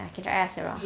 I can try ask around